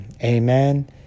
Amen